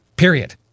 Period